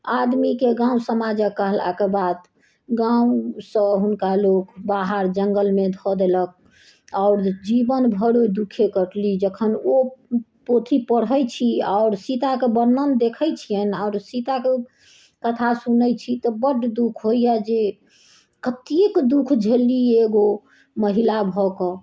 आदमीके गाँव समाजके कहलाके बाद गाँवसँ हुनका लोक बाहर जङ्गलमे धऽ देलक आओर जीवन भरि उ दुखे कटली जखन ओ पोथी पढ़ै छी आओर सीताके वर्णन देखै छियनि आओर सीताके कथा सुनै छी तऽ बड दुःख होइए जे कतेक दुःख झेलली एगो महिला भऽ कऽ